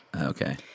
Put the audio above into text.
okay